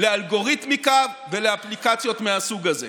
לאלגוריתמיקה ולאפליקציות מהסוג הזה,